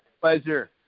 Pleasure